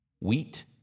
wheat